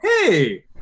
hey